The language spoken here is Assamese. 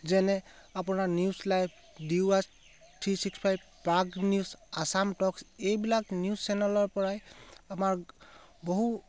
যেনে আপোনাৰ news live D Y three sixty five Prag news Assam talks এইবিলাক নিউজ চেনেলৰ পৰাই আমাৰ বহু